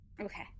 okay